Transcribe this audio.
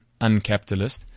uncapitalist